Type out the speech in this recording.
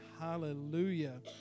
Hallelujah